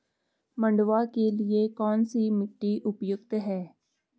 मंडुवा के लिए कौन सी मिट्टी उपयुक्त है?